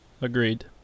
Agreed